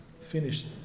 finished